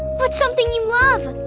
what's something you love?